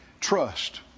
trust